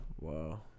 Wow